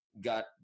got